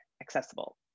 accessible